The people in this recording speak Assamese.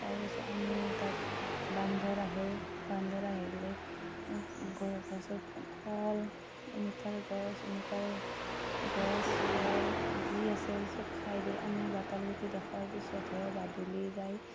তাৰ পিছত আমি তাত বান্দৰ আহে বান্দৰ আহিলে গছৰ কল অমিতাৰ গছ অমিতাৰ গছ ফল যি আছে চব খাই দিয়ে আমি বাতাল গুটি দেখুৱাৰ পিছতহে বাদুলি যায়